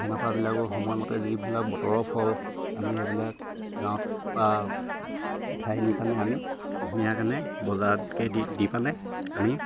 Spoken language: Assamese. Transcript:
সময়মতে যিবিলাক বতৰৰ ফল আমি এইবিলাক গাঁৱত ঠাই নি পানে আমি ধুনীয়াকে বজাৰতকে দি দি পানে আমি